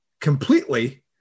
completely